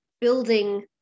building